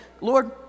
Lord